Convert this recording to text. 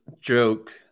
joke